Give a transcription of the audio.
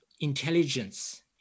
intelligence